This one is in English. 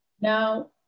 Now